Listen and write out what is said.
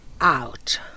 out